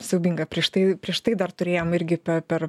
siaubingą prieš tai prieš tai dar turėjom irgi per